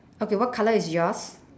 okay what colour is yours